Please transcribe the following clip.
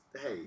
Hey